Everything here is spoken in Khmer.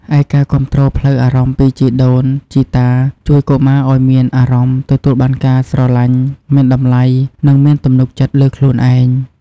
ឯការគាំទ្រផ្លូវអារម្មណ៍ពីជីដូនជីតាជួយកុមារឱ្យមានអារម្មណ៍ទទួលបានការស្រឡាញ់ មានតម្លៃ និងមានទំនុកចិត្តលើខ្លួនឯង។